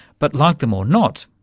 but like them or not,